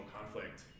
conflict